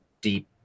deep